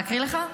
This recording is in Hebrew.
להקריא לך?